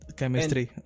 chemistry